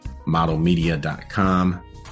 modelmedia.com